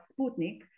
Sputnik